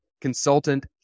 consultant